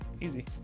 Easy